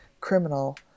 Criminal